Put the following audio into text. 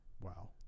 Wow